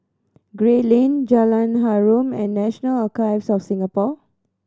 Gray Lane Jalan Harum and National Archives of Singapore